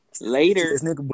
Later